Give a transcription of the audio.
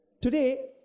Today